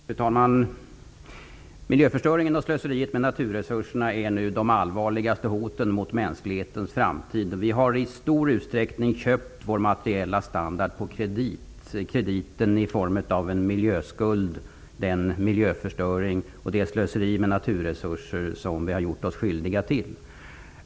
Fru talman! Miljöförstöringen och slöseriet med naturresurserna är nu de allvarligaste hoten mot mänsklighetens framtid. Vi har i stor utsträckning köpt vår materiella standard på kredit i form av en miljöskuld -- den miljöförstöring och det slöseri med naturresurser som vi har gjort oss skyldiga till.